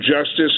Justice